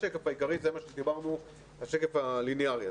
העיקרי, השקף הלינארי.